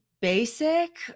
basic